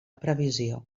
previsió